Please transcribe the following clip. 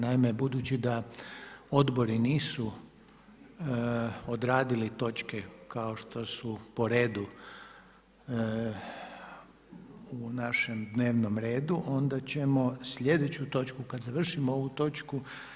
Naime budući da odbori nisu odradili točke kao što su po redu u našem dnevnom redu onda ćemo slijedeću točku kad završimo ovu točku.